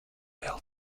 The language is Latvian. vēl